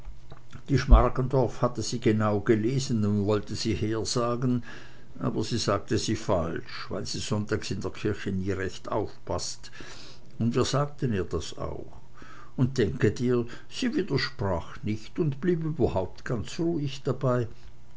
die schmargendorf hatte sie genau gelesen und wollte sie hersagen aber sie sagte sie falsch weil sie sonntags in der kirche nie recht aufpaßt und wir sagten ihr das auch und denke dir sie widersprach nicht und blieb überhaupt ganz ruhig dabei